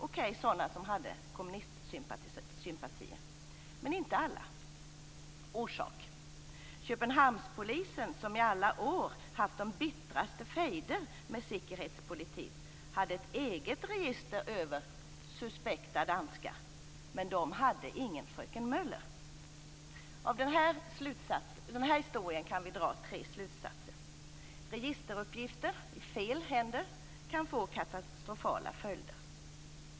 Det var sådana som hade kommunistsympatier. Men inte alla. Orsak: Köpenhamnspolisen som i alla år hade haft de bittraste fejder med Sikkerhedspolitiet hade ett eget register över suspekta danskar. Men de hade ingen fröken Møller. Av den här historien kan vi dra tre slutsatser. Registeruppgifter i fel händer kan få katastrofala följder.